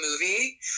movie